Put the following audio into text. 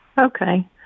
Okay